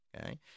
Okay